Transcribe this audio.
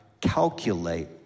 calculate